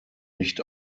nicht